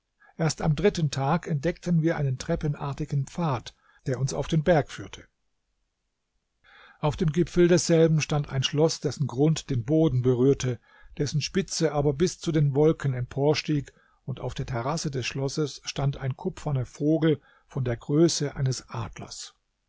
erst am dritten tag entdeckten wir einen treppenartigen pfad der uns auf den berg führte auf dem gipfel desselben stand ein schloß dessen grund den boden berührte dessen spitze aber bis zu den wolken emporstieg und auf der terrasse des schlosses stand ein kupferner vogel von der größe eines adlers